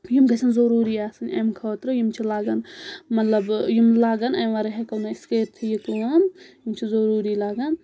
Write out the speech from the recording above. یِم گژھن ضٔروٗری آسٕنۍ اَمہِ خٲطرٕ یِم چھِ لَگَان مطلب یِم لاگان اَمہِ وَرٲے ہؠکو نہٕ أسۍ کٔرِتھٕے یہِ کٲم یِم چھِ ضٔروٗری لَگَن